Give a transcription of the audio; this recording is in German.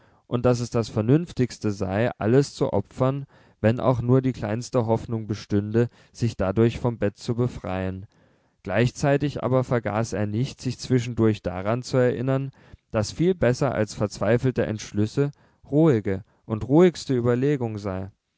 und daß es das vernünftigste sei alles zu opfern wenn auch nur die kleinste hoffnung bestünde sich dadurch vom bett zu befreien gleichzeitig aber vergaß er nicht sich zwischendurch daran zu erinnern daß viel besser als verzweifelte entschlüsse ruhige und ruhigste überlegung sei